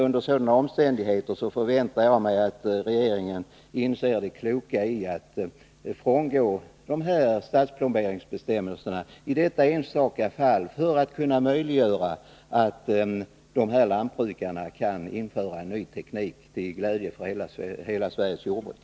Under sådana omständigheter förväntar jag mig att regeringen inser det kloka i att frångå statsplomberingsbestämmelserna i detta enstaka fall och därigenom möjliggöra att dessa lantbrukare kan införa en ny teknik, till glädje för hela Sveriges jordbruk.